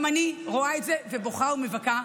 גם אני רואה את זה ובוכה ומבכה.